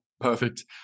perfect